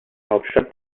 hauptstadt